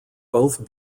both